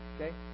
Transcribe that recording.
Okay